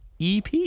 EP